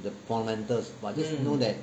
the fundamentals but just know that